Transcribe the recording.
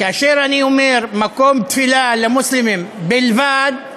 כאשר אני אומר: מקום תפילה למוסלמים בלבד,